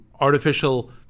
artificial